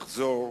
לחזור,